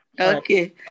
Okay